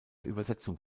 übersetzung